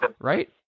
right